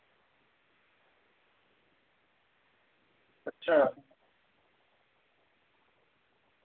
अच्छा